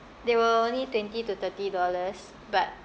they were only twenty to thirty dollars but